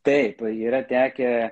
taip yra tekę